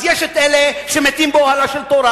אז יש אלה שמתים באוהלה של תורה.